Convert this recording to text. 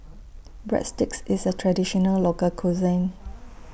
Breadsticks IS A Traditional Local Cuisine